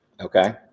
Okay